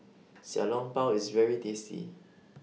Xiao Long Bao IS very tasty